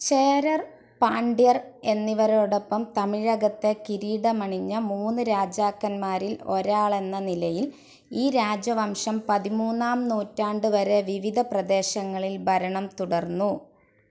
ചേരര് പാണ്ഡ്യര് എന്നിവരോടൊപ്പം തമിഴകത്തെ കിരീടമണിഞ്ഞ മൂന്ന് രാജാക്കന്മാരിൽ ഒരാളെന്ന നിലയിൽ ഈ രാജവംശം പതിമൂന്നാം നൂറ്റാണ്ട് വരെ വിവിധ പ്രദേശങ്ങളിൽ ഭരണം തുടർന്നു